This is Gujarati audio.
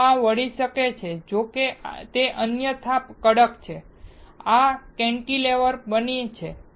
જો આ વળી શકે છે જોકે તે અન્યથા કડક છે તો આ કેન્ટિલીવર બને છે